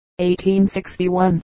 1861